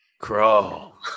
crawl